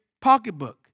pocketbook